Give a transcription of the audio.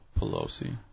Pelosi